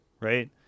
right